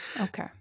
Okay